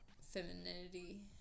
femininity